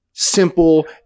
Simple